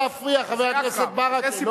להפריע, חבר הכנסת ברכה.